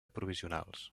provisionals